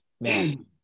man